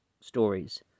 stories